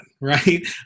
Right